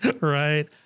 Right